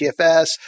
TFS